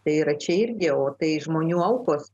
tai yra čia irgi o tai žmonių aukos